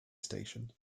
station